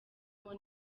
niba